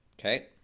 Okay